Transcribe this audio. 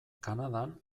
kanadan